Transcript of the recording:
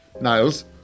Niles